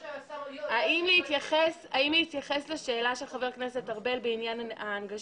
האם להתייחס לשאלה של חבר הכנסת ארבל בעניין ההנגשה?